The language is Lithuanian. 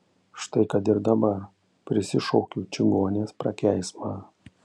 štai kad ir dabar prisišaukiu čigonės prakeiksmą